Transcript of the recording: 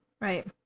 right